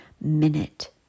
minute